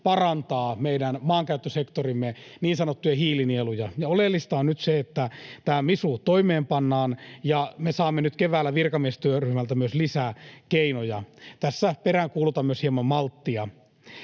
parantaa meidän maankäyttösektorimme niin sanottuja hiilinieluja. Oleellista on nyt se, että tämä MISU toimeenpannaan ja me saamme nyt keväällä virkamiestyöryhmältä myös lisää keinoja. Tässä peräänkuulutan myös hieman malttia.